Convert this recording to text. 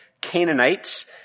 Canaanites